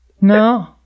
No